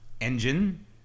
engine